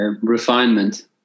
Refinement